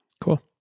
Cool